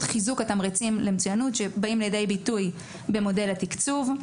חיזוק התמריצים למצוינות שבאים לידי ביטוי במודל התקצוב.